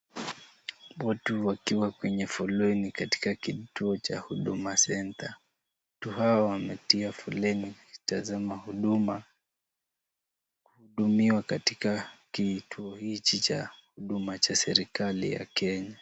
Watu wakiwa kwenye foleni katika kituo cha huduma centre. Watu hao wametia foleni wakitazama huduma kuhudumiwa katika kituo hiki cha huduma cha serikali ya Kenya.